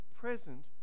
Present